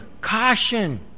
caution